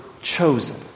chosen